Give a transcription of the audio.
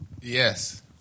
Yes